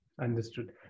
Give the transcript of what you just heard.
understood